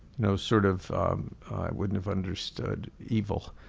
you know sort of wouldn't have understood evil,